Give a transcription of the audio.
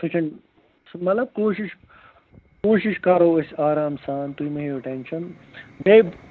سُہ چھِنہٕ مطلب کوٗشِش کوٗشِش کَرَو أسۍ آرام سان تُہۍ مہٕ ہیٚیِو ٹٮ۪نشَن بیٚیہِ